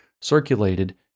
circulated